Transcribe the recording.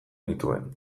nituen